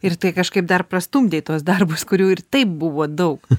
ir tai kažkaip dar prastumdei tuos darbus kurių ir taip buvo daug